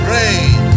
Rain